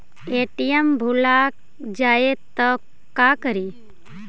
ATM भुला जाये त का करि?